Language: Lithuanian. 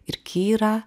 ir kira